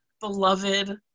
beloved